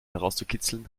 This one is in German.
herauszukitzeln